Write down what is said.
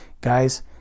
Guys